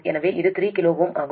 எனவே இது 3 kΩ ஆகும்